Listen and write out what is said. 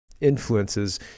influences